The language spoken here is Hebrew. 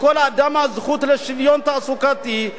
לכל אדם הזכות לשוויון תעסוקתי,